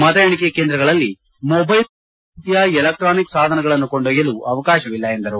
ಮತ ಎಣಿಕೆ ಕೇಂದ್ರಗಳಲ್ಲಿ ಮೊಬೈಲ್ ಸೇರಿದಂತೆ ಯಾವುದೇ ರೀತಿಯ ಎಲೆಕ್ಟ್ರಾನಿಕ್ ಸಾಧನಗಳನ್ನು ಕೊಂಡೊಯ್ಯಲು ಅವಕಾಶವಿಲ್ಲ ಎಂದರು